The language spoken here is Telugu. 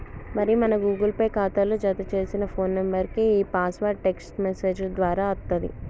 మరి మన గూగుల్ పే ఖాతాలో జతచేసిన ఫోన్ నెంబర్కే ఈ పాస్వర్డ్ టెక్స్ట్ మెసేజ్ దారా అత్తది